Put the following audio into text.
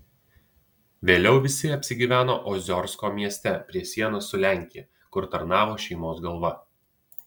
vėliau visi apsigyveno oziorsko mieste prie sienos su lenkija kur tarnavo šeimos galva